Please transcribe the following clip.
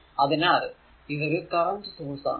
അതിനാൽ ഇതൊരു current source ആണ്